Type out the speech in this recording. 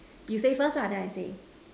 you say first lah then I say